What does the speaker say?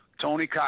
Tony